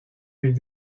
avec